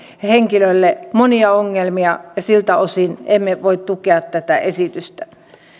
henkilölle monia ongelmia ja siltä osin emme voi tukea tätä esitystä